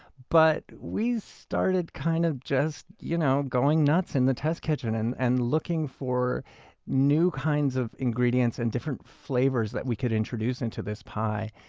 but we started kind of you know going nuts in the test kitchen and and looking for new kinds of ingredients and different flavors that we could introduce into this pie.